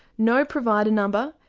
no provider number,